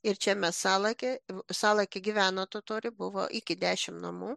ir čia mes salake salake gyveno totorių buvo iki dešimt namų